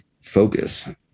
focus